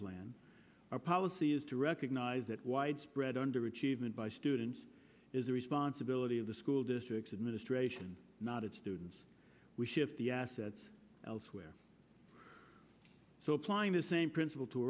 plan our policy is to recognize that widespread underachievement by students is the responsibility of the school districts administration not its students we shift the assets elsewhere so applying the same principle to